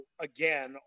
again